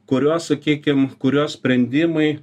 kurios sakykim kurios sprendimai